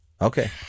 Okay